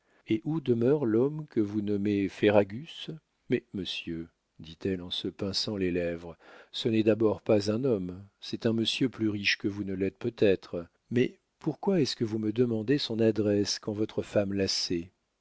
et où demeure l'homme que vous nommez ferragus mais monsieur dit-elle en se pinçant les lèvres ce n'est d'abord pas un homme c'est un monsieur plus riche que vous ne l'êtes peut-être mais pourquoi est-ce que vous me demandez son adresse quand votre femme la